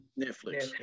Netflix